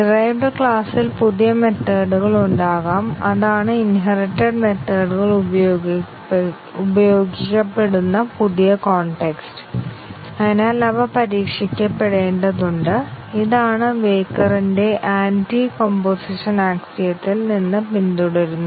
derived ക്ലാസിൽ പുതിയ മെത്തേഡ്കൾ ഉണ്ടാകാം അതാണ് ഇൻഹെറിറ്റെഡ് മെത്തേഡ്കൾ ഉപയോഗിക്കപ്പെടുന്ന പുതിയ കോൺടെക്സ്റ്റ് അതിനാൽ അവ പരീക്ഷിക്കപ്പെടേണ്ടതുണ്ട് ഇതാണ് വെയ്ക്കാരന്റെ ആന്റികമ്പോസിഷൻ ആക്സിയത്തിൽ Weyukar's Anti Composition axiom നിന്ന് പിന്തുടരുന്നത്